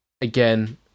again